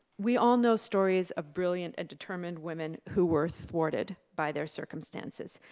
we all know stories of brilliant and determined women who were thwarted by their circumstances,